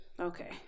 Okay